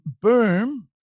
boom